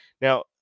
Now